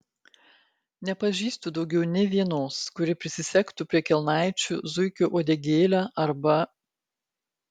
nepažįstu daugiau nė vienos kuri prisisegtų prie kelnaičių zuikio uodegėlę arba